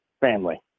Family